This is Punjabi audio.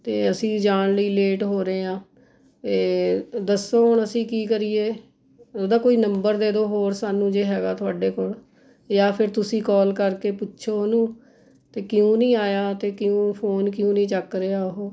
ਅਤੇ ਅਸੀਂ ਜਾਣ ਲਈ ਲੇਟ ਹੋ ਰਹੇ ਹਾਂ ਅਤੇ ਦੱਸੋ ਹੁਣ ਅਸੀਂ ਕੀ ਕਰੀਏ ਉਹਦਾ ਕੋਈ ਨੰਬਰ ਦੇ ਦਿਉ ਹੋਰ ਸਾਨੂੰ ਜੇ ਹੈ ਤੁਹਾਡੇ ਕੋਲ ਜਾਂ ਫਿਰ ਤੁਸੀਂ ਕਾਲ ਕਰਕੇ ਪੁੱਛੋ ਉਹਨੂੰ ਅਤੇ ਕਿਉਂ ਨਹੀਂ ਆਇਆ ਅਤੇ ਕਿਉਂ ਫ਼ੋਨ ਕਿਉਂ ਨਹੀਂ ਚੱਕ ਰਿਹਾ ਉਹ